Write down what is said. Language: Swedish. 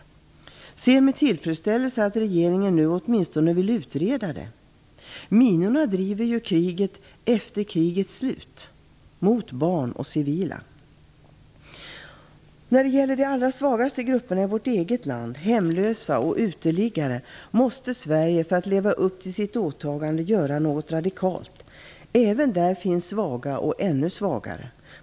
Jag ser med tillfredsställelse att regeringen nu åtminstone vill utreda detta. Minorna driver ju kriget, efter krigets slut, mot barn och civila! När det gäller de allra svagaste grupperna i vårt eget land - hemlösa och uteliggare - måste Sverige, för att leva upp till sitt åtagande, göra något radikalt. Även där finns det ju svaga och ännu svagare.